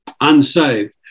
unsaved